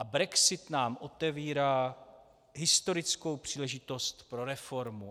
Brexit nám otevírá historickou příležitost pro reformu.